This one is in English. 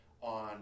on